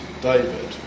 David